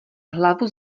hlavu